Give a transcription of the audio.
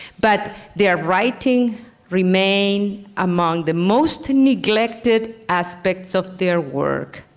but their writing remains among the most neglected aspects of their work.